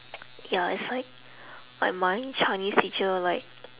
ya it's like like my chinese teacher like